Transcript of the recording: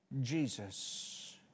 Jesus